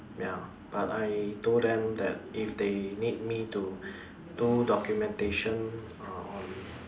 ya but I told them that if they need me to do documentation uh on